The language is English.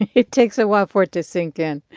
and it takes a while for it to sink in.